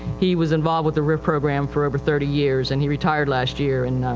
he was involved with the rif program for over thirty years and he retired last year. and, ah,